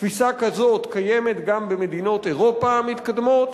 תפיסה כזאת קיימת גם במדינות אירופה המתקדמות,